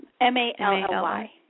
M-A-L-L-Y